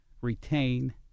retain